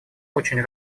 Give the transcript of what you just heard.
очень